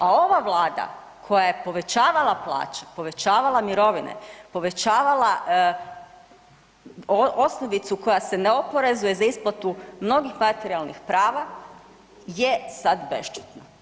A ova Vlada koja je povećavala plaće, povećavala mirovine, povećavala osnovicu koja se ne oporezuje za isplatu mnogih materijalnih prava je sad bešćutna.